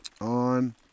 on